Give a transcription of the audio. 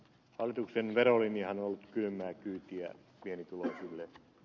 hallituksen verolinjahan on ollut kylmää kyytiä pienituloisille